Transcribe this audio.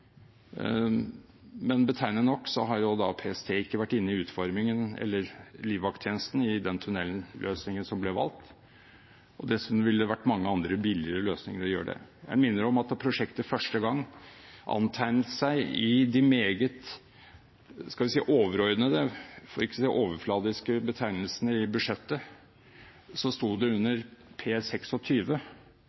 Men betegnende nok har ikke PST eller livvakttjenesten vært inne i utformingen av den tunnelløsningen som ble valgt. Dessuten ville det vært mange andre, billigere, løsninger. Jeg minner om at da prosjektet første gang antegnet seg i de meget – skal vi si – overordnede, for ikke å si overfladiske, betegnelsene i budsjettet, sto det under